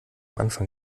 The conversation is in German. anfang